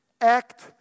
act